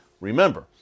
Remember